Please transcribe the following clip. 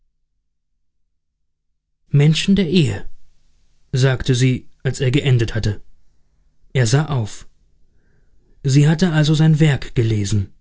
als er geendet hatte er sah auf sie hatte also sein werk gelesen